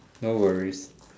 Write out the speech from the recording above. no worries